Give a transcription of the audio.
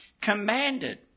commanded